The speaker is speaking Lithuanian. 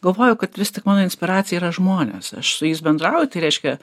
galvoju kad vis tik mano inspiracija yra žmonės aš su jais bendrauju tai reiškia